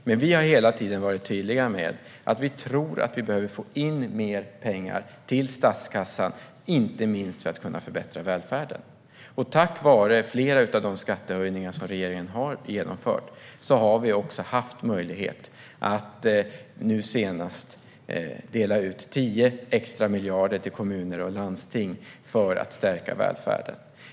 Men vi har hela tiden varit tydliga med att vi tror att vi behöver få in mer pengar till statskassan, inte minst för att kunna förbättra välfärden. Tack vare flera av de skattehöjningar som regeringen har genomfört har vi också haft möjlighet att nu senast dela ut 10 extra miljarder till kommuner och landsting för att stärka välfärden.